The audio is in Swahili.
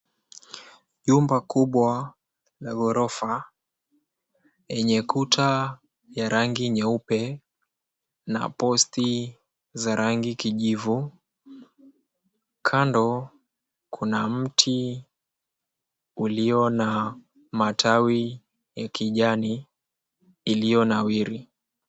Nyumba kubwa la ghorofa yenye kuta ya rangi nyeupe na posti za rangi kijivu kando kuna mti ulio na matawi ya kijani iliyo nawiri.